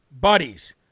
buddies